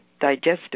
Digestive